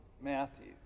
Matthew